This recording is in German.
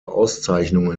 auszeichnungen